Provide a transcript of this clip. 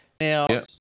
Now